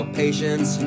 patience